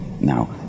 Now